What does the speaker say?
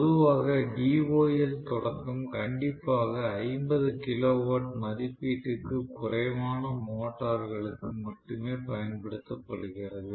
பொதுவாக DOL தொடக்கம் கண்டிப்பாக 50 கிலோவாட் மதிப்பீட்டிற்கு குறைவான மோட்டார்களுக்கு மட்டுமே பயன்படுத்தப்படுகிறது